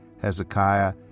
Hezekiah